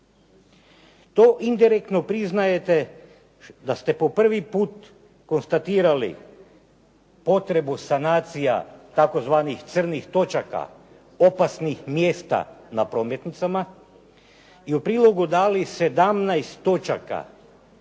To indirektno priznajete da ste po prvi put konstatirali potrebu sanacija tzv. crnih točaka opasnih mjesta na prometnicama i u prilogu dali 17 točaka